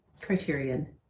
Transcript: Criterion